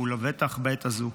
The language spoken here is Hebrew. ולבטח בעת הזו.